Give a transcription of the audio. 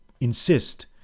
insist